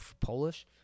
Polish